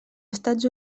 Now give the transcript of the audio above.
estats